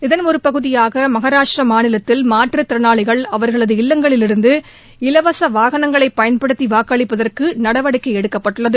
இதள் ஒரு பகுதியாக மகாராஷ்டிரா மாநிலத்தில் மாற்றுத்திறனாளிகள் அவர்களது இல்லங்களிலிருந்து இலவச வாகனங்களை பயன்படுத்தி வாக்களிப்பதற்கு நடவடிக்கை எடுக்கப்பட்டுள்ளது